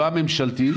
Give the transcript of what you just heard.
לא הממשלתיים,